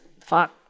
Fuck